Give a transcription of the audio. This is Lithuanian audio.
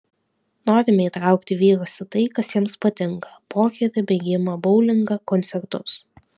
norime įtraukti vyrus į tai kas jiems patinka pokerį bėgimą boulingą koncertus